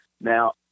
Now